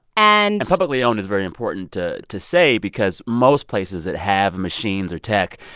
and publicly owned is very important to to say because most places that have machines or tech,